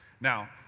Now